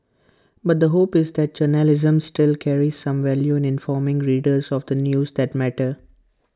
but the hope is that journalism still carries some value informing readers of the news that matter